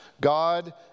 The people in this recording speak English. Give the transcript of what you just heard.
God